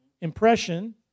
impression